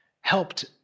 helped